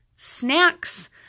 snacks